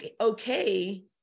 okay